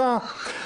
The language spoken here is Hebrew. להכרעה.